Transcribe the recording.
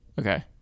Okay